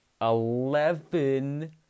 Eleven